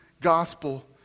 gospel